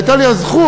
שהייתה לי הזכות,